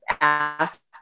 ask